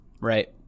right